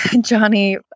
Johnny